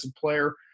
player